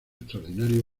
extraordinario